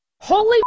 Holy